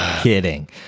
Kidding